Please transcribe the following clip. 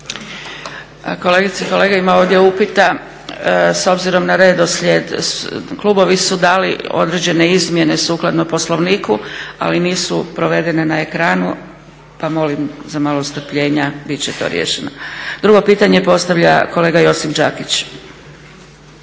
Kolegice i kolege ima ovdje upita, s obzirom na redoslijed, klubovi su dali određene izmjene sukladno Poslovniku, ali nisu provedene na ekranu pa molim za malo strpljenja, biti će to riješeno. Drugo pitanje postavlja kolega Josip Đakić.